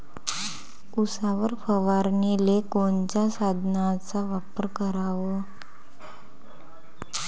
उसावर फवारनीले कोनच्या साधनाचा वापर कराव?